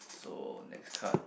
so next card